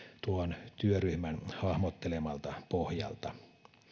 tuon työryhmän hahmottelemalta pohjalta